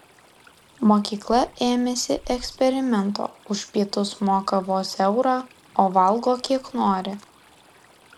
mokykla ėmėsi eksperimento už pietus moka vos eurą o valgo kiek nori